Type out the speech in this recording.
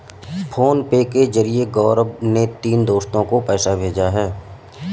PhonePe के जरिए गौरव ने तीनों दोस्तो को पैसा भेजा है